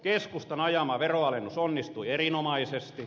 keskustan ajama veronalennus onnistui erinomaisesti